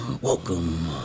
Welcome